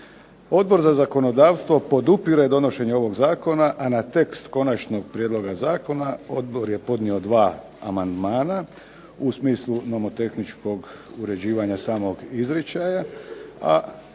Odbora za zakonodavstvo podupire donošenje ovog zakona, a na tekst konačnog prijedloga zakona odbor je podnio dva amandmana u smislu nomotehničkog uređivanja samog izričaja, a